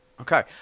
okay